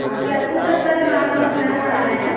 हा सठि सतरि माण्हूं अचण वारा आहिनि